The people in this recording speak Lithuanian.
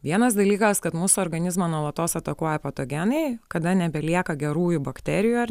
vienas dalykas kad mūsų organizmą nuolatos atakuoja patogenai kada nebelieka gerųjų bakterijų ar